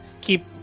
keep